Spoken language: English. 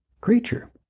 creature